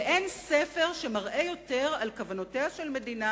ואין ספר שמראה יותר על כוונותיה של מדינה